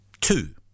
two